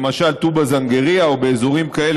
למשל טובא זנגרייה או באזורים כאלה,